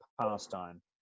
pastime